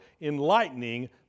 enlightening